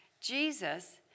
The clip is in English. Jesus